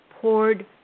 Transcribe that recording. poured